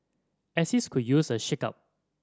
axis could use a shake up